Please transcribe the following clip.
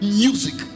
music